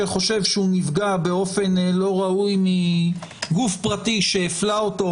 שחושב שנפגע באופן לא ראוי מגוף פרטי שהפלה אותו,